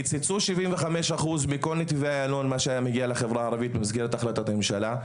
קיצצו 75% מכל מה שהיה מגיע לחברה הערבית בנתיבי איילון,